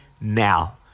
now